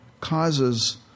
causes